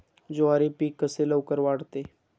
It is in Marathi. ज्वारी पीक कसे लवकर वाढते?